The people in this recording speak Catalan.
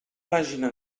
pàgina